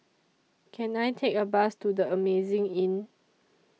Can I Take A Bus to The Amazing Inn